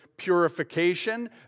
purification